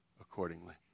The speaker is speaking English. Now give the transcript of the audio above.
accordingly